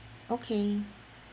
okay